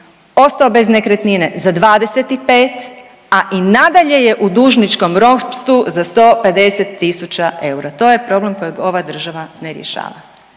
ostao bez nekretnine za 25 a i nadalje je u dužničkom ropstvu za 150 000 eura. To je problem kojeg ova država ne rješava.